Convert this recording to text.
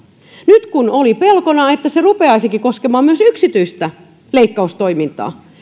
nyt kun oli pelkona että se rupeaisikin koskemaan myös yksityistä leikkaustoimintaa